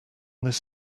this